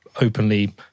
openly